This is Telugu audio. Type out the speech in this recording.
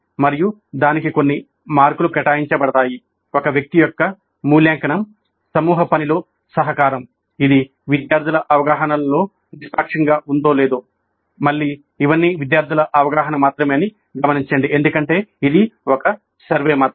మళ్ళీ ఇవన్నీ విద్యార్థుల అవగాహన మాత్రమే అని గమనించండి ఎందుకంటే ఇది ఒక సర్వే